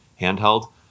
handheld